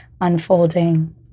unfolding